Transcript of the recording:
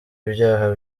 ibyaha